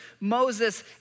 Moses